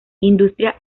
industria